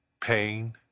pain